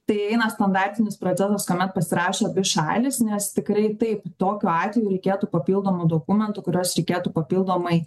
tai eina standartinis procesas kuomet pasirašo abi šalys nes tikrai taip tokiu atveju reikėtų papildomų dokumentų kuriuos reikėtų papildomai